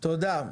תודה.